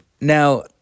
Now